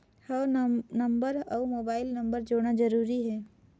हव नंबर अउ mobile number जोड़ना जरूरी हे?